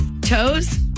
toes